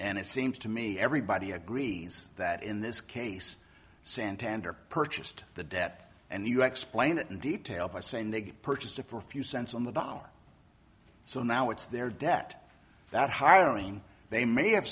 and it seems to me everybody agrees that in this case santander purchased the debt and you explained in detail by saying they purchased it for a few cents on the dollar so now it's their debt that hiring they may have